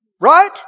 Right